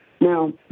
Now